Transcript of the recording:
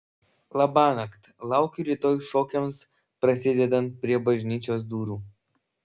labanakt laukiu rytoj šokiams prasidedant prie bažnyčios durų